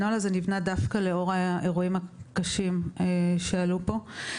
הנוהל הזה נבנה דווקא לאור האירועים הקשים שעלו פה.